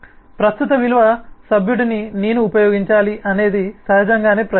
ప్రస్తుత విలువ సభ్యుడిని నేను ఉపయోగించాలి అనేది సహజంగానే ప్రశ్న